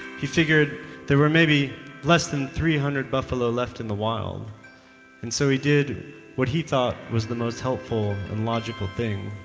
he figured there were maybe less than three hundred buffalo left in the wild and so, he did what he thought was the most helpful and logical thing.